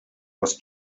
was